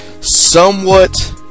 somewhat